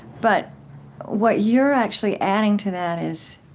but what you're actually adding to that is,